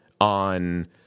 on